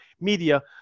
Media